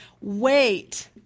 wait